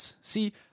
See